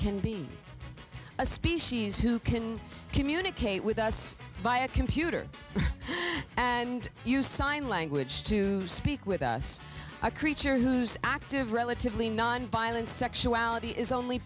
can be a species who can communicate with us by a computer and use sign language to speak with us a creature whose active relatively nonviolent sexuality is only